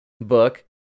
book